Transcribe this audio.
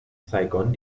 saigon